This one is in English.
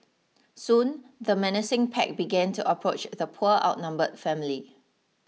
soon the menacing pack began to approach the poor outnumbered family